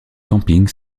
camping